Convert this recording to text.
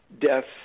deaths